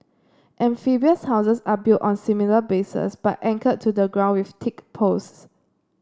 amphibious houses are built on similar bases but anchored to the ground with thick posts